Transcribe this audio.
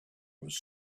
was